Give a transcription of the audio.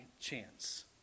chance